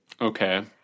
Okay